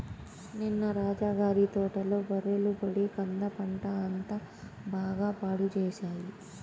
నిన్న రాజా గారి తోటలో బర్రెలు పడి కంద పంట అంతా బాగా పాడు చేశాయి